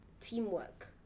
teamwork